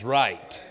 right